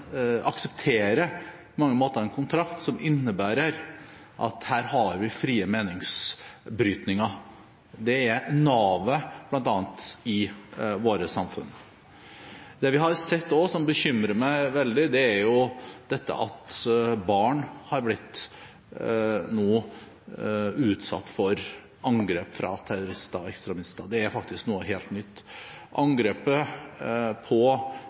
kontrakt som innebærer at her har vi fri meningsbrytning. Det er navet, bl.a., i våre samfunn. Det vi også har sett, som bekymrer meg veldig, er dette at barn nå har blitt utsatt for angrep fra terrorister og ekstremister. Det er faktisk noe helt nytt. Angrepet på